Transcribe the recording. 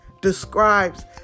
describes